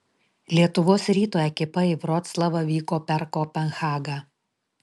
lietuvos ryto ekipa į vroclavą vyko per kopenhagą